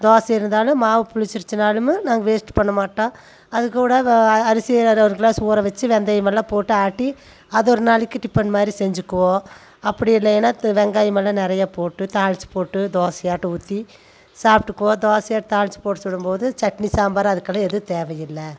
தோசை இருந்தாலும் மாவு புளிச்சிருச்சுனாலும் நாங்க வேஸ்ட் பண்ண மாட்டோம் அதுக்கூட வ அரிசி அரை ஒரு கிளாஸ் ஊற வச்சி வெந்தயம் எல்லாம் போட்டு ஆட்டி அது ஒரு நாளைக்கு டிபன் மாதிரி செஞ்சிக்குவோம் அப்படி இல்லையினா து வெங்காயம் எல்லாம் நிறையா போட்டு தாளிச்சி போட்டு தோசையாட்டம் ஊற்றி சாப்பிட்டுக்குவோம் தோசையை தாளிச்சி போட்டு சுடும் போது சட்னி சாம்பார் அதுக்கலாம் எதுவும் தேவை இல்லை